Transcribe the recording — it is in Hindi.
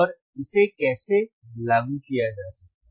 और इसे कैसे लागू किया जा सकता है